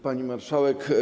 Pani Marszałek!